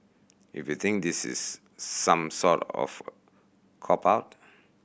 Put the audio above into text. if you think this is some sort of cop out